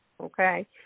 okay